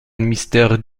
mystère